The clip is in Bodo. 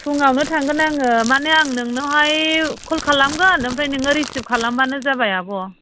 फुङावनो थांगोन आङो माने आं नोंनावहाय कल खालामगोन ओमफ्राय नोङो रिसिभ खालामबानो जाबाय आब'